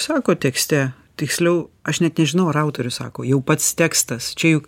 sako tekste tiksliau aš net nežinau ar autorius sako jau pats tekstas čia juk